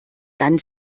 dann